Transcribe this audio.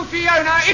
Fiona